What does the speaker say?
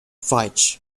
veitch